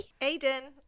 Aiden